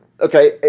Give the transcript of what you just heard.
Okay